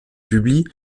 publie